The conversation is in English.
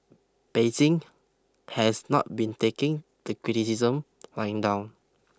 Beijing has not been taking the criticisms lying down